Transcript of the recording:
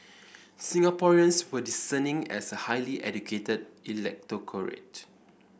Singaporeans were discerning as a highly educated electorate